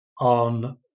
on